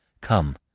Come